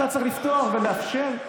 אתה צריך לפתוח ולאפשר.